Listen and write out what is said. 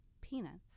peanuts